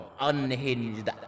unhinged